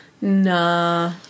Nah